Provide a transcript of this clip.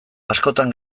askotan